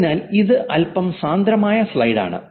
അതിനാൽ ഇത് അല്പം സാന്ദ്രമായ സ്ലൈഡാണ്